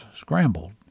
scrambled